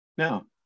Now